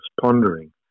pondering